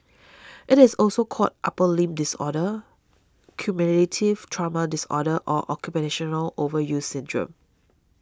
it is also called upper limb disorder cumulative trauma disorder or occupational overuse syndrome